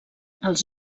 els